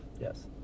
Yes